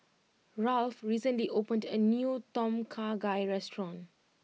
Ralph recently opened a new Tom Kha Gai restaurant